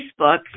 Facebook